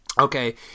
Okay